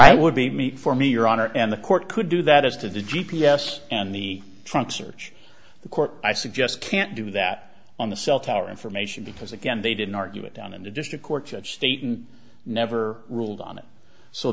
i would be meat for me your honor and the court could do that as to the g p s and the trunk search the court i suggest can't do that on the cell tower information because again they didn't argue it down in the district court at state and never ruled on it so